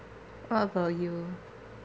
what about you